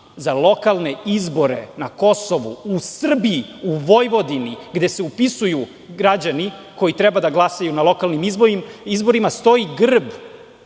za lokalne izbore na Kosovu, u Srbiji, Vojvodini, gde se upisuju građani koji treba da glasaju na lokalnim izborima stoji grb